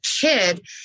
kid